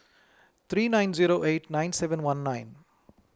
three nine zero eight nine seven one nine